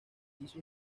quiso